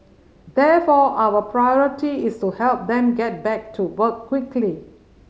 therefore our priority is to help them get back to work quickly